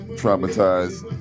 traumatized